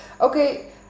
okay